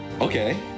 okay